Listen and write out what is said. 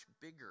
bigger